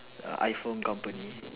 err iPhone company